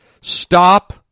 Stop